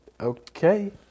okay